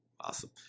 awesome